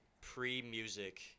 pre-music